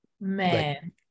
Man